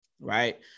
right